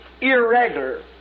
irregular